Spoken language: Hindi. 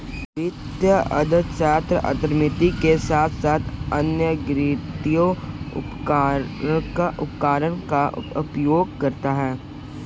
वित्तीय अर्थशास्त्र अर्थमिति के साथ साथ अन्य गणितीय उपकरणों का उपयोग करता है